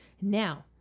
Now